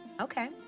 Okay